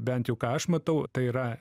bent jau ką aš matau tai yra